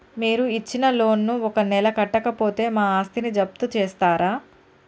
మీరు ఇచ్చిన లోన్ ను ఒక నెల కట్టకపోతే మా ఆస్తిని జప్తు చేస్తరా?